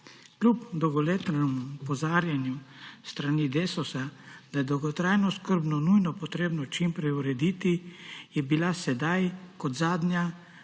Kljub dolgoletnem opozarjanju s strani Desusa, da je dolgotrajno oskrbo nujno potrebno čim prej urediti, je bila sedaj kot zadnja